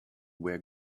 were